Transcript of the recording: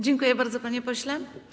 Dziękuję bardzo, panie pośle.